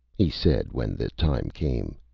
he said when the time came.